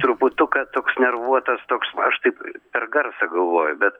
truputuką toks nervuotas toks aš taip per garsą galvoju bet